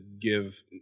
give